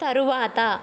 తరువాత